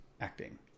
acting